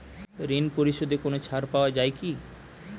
ঋণ পরিশধে কোনো ছাড় পাওয়া যায় কি?